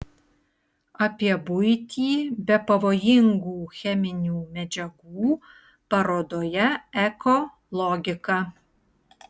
apie buitį be pavojingų cheminių medžiagų parodoje eko logika